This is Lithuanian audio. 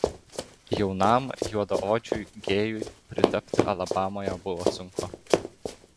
jaunam juodaodžiui gėjui pritapti alabamoje buvo sunku